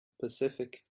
pacific